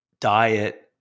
diet